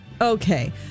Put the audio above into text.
Okay